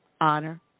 honor